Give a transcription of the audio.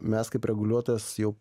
mes kaip reguliuotojas jau